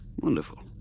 wonderful